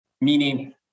meaning